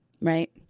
right